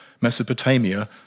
Mesopotamia